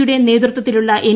യുടെ നേതൃത്വത്തിലുള്ള എൻ